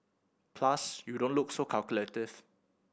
plus you don't look so calculative